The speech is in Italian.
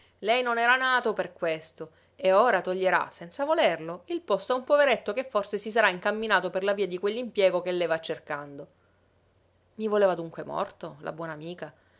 lei non era nato per questo e ora toglierà senza volerlo il posto a un poveretto che forse si sarà incamminato per la via di quell'impiego che lei va cercando i voleva dunque morto la buona amica